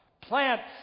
Plants